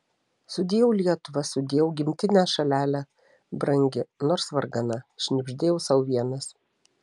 sudieu lietuva sudieu gimtine šalele brangi nors vargana šnibždėjau sau vienas